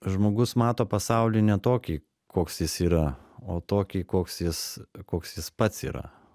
žmogus mato pasaulį ne tokį koks jis yra o tokį koks jis koks jis pats yra